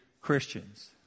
Christians